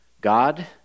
God